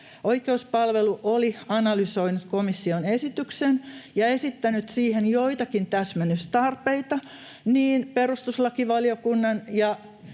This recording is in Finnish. oikeuspalvelu oli analysoinut komission esityksen ja esittänyt siihen joitakin täsmennystarpeita, niin perustuslakivaliokunnan ja